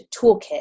toolkit